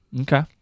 Okay